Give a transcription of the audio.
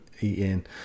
eating